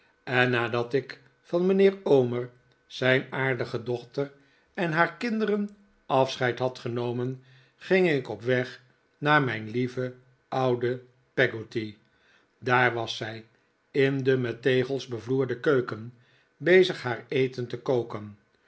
en nadat ik van mijnheer omer zijn aardige dochter en haar kinderen afscheid had genomen ging ik op weg naar mijn lieve oude peggotty daar was zij in de met tegels bevloerde keuken bezig haar eten te koken